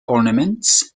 ornaments